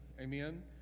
Amen